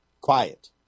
quiet